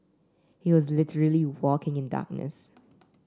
he was literally walking in darkness